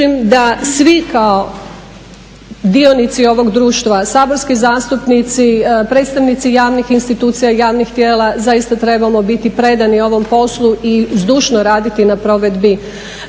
da svi kao dionici ovog društva, saborski zastupnici, predstavnici javnih institucija i javnih tijela zaista trebamo biti predani ovom poslu i zdušno raditi na provedbi